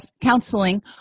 counseling